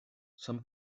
some